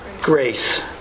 Grace